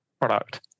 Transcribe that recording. product